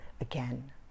again